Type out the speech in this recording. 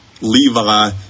Levi